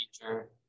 teacher